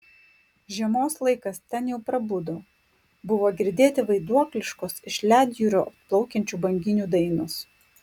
žiemos laikas ten jau prabudo buvo girdėti vaiduokliškos iš ledjūrio atplaukiančių banginių dainos